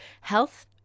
health